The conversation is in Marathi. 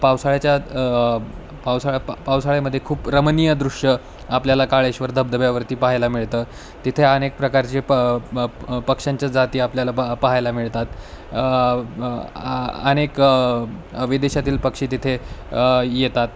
पावसाळ्याच्या पावसाळ्या पावसाळ्यामध्ये खूप रमणीय दृश्य आपल्याला काळेश्वर धबधब्यावरती पाहायला मिळतं तिथे अनेक प्रकारचे प पक्ष्यांच्या जाती आपल्याला ब पाहायला मिळतात अनेक विदेशातील पक्षी तिथे येतात